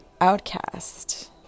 outcast